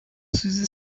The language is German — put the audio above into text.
süße